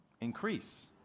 increase